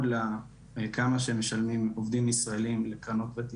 לכמה שמשלמים עובדים ישראלים לקרנות ותיקות.